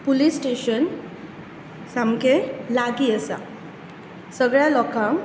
police station सामकें लागीं आसा सगळ्या लोकांक